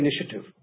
initiative